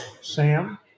Sam